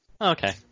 Okay